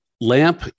LAMP